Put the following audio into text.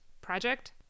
project